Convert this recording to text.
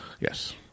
Yes